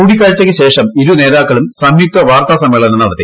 കൂടിക്കാഴ്ചയ്ക്ക് ശേഷം ഇരുനേതാക്കളും സംയുക്ത വാർത്താസമ്മേളനം നടത്തി